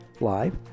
live